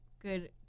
good